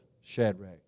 Shadrach